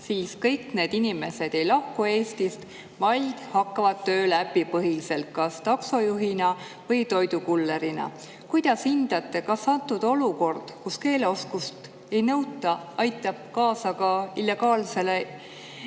siis kõik need inimesed ei lahku Eestist, vaid hakkavad tööle äpipõhiselt kas taksojuhina või toidukullerina. Kuidas hindate, kas antud olukord, kus keeleoskust ei nõuta, aitab kaasa ka illegaalide